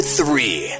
three